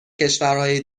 کشورهای